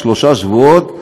לשלושה שבועות,